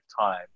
time